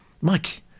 Mike